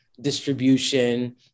distribution